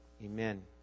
Amen